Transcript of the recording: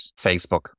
Facebook